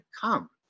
come